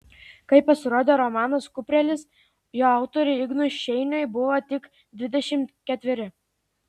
kai pasirodė romanas kuprelis jo autoriui ignui šeiniui buvo tik dvidešimt ketveri